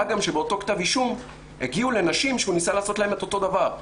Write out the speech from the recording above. מה גם שבאותו כתב אישום הגיעו לנשים שהוא ניסה לעשות להן את אותו הדבר.